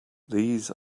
these